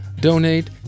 donate